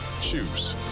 Choose